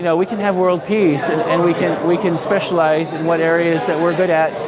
yeah we can have world peace, and and we can we can specialize in what areas that we're good at,